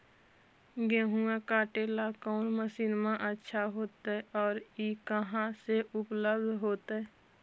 गेहुआ काटेला कौन मशीनमा अच्छा होतई और ई कहा से उपल्ब्ध होतई?